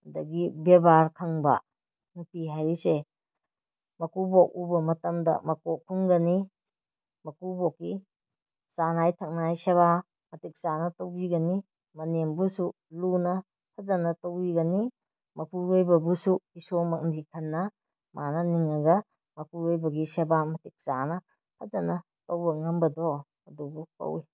ꯑꯗꯒꯤ ꯕꯦꯕꯥꯔ ꯈꯪꯕ ꯅꯨꯄꯤ ꯍꯥꯏꯔꯤꯁꯦ ꯃꯀꯨꯕꯣꯛ ꯎꯕ ꯃꯇꯝꯗ ꯃꯀꯣꯛ ꯈꯨꯝꯒꯅꯤ ꯃꯀꯨꯕꯣꯛꯀꯤ ꯆꯥꯅꯉꯥꯏ ꯊꯛꯅꯉꯥꯏ ꯁꯦꯕꯥ ꯃꯇꯤꯛ ꯆꯥꯅ ꯇꯧꯕꯤꯒꯅꯤ ꯃꯅꯦꯝꯕꯨꯁꯨ ꯂꯨꯅꯥ ꯐꯖꯅ ꯇꯧꯕꯤꯒꯅꯤ ꯃꯄꯨꯔꯣꯏꯕꯕꯨꯁꯨ ꯏꯁꯣꯔꯃꯛꯅꯤ ꯈꯟꯅ ꯃꯥꯅ ꯅꯤꯡꯂꯒ ꯃꯄꯨꯔꯣꯏꯕꯒꯤ ꯁꯦꯕꯥ ꯃꯇꯤꯛ ꯆꯥꯅ ꯐꯖꯅ ꯇꯧꯕ ꯉꯝꯕꯗꯣ ꯑꯗꯨꯕꯨ ꯛꯧꯏ